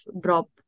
drop